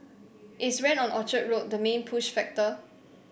is rent on Orchard Road the main push factor